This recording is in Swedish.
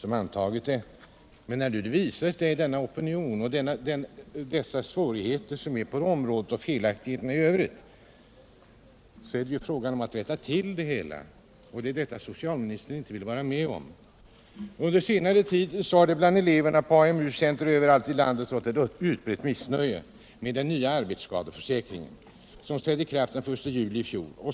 Men när det nu uppstått en opinion och det visat sig förekomma felaktigheter vid lagens tillämpning, måste det hela rättas till. Detta vill socialministern dock inte vara med om. Under senare tid 'har det bland eleverna på AMU-centra överallt i landet rått ett utbrett missnöje med den nya arbetsskadeförsäkringen, som trädde i kraft den I juli i fjol.